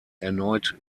erneut